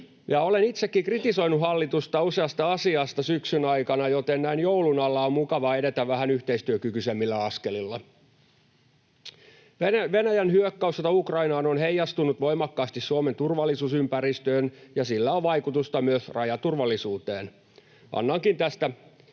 olen itsekin kritisoinut hallitusta useasta asiasta syksyn aikana, joten näin joulun alla on mukava edetä vähän yhteistyökykyisemmillä askelilla. Venäjän hyökkäyssota Ukrainaan on heijastunut voimakkaasti Suomen turvallisuusympäristöön, ja sillä on vaikutusta myös rajaturvallisuuteen. Annankin tästä